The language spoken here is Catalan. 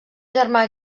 germà